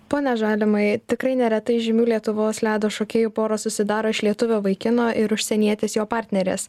pone žalimai tikrai neretai žymių lietuvos ledo šokėjų pora susidaro iš lietuvio vaikino ir užsienietės jo partnerės